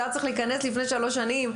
זה היה צריך להיכנס לפני שלוש שנים,